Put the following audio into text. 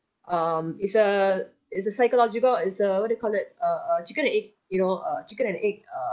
um it's a it's a psychological is a what do you call it err uh chicken and egg you know uh chicken and egg err